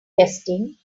testing